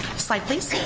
slide please.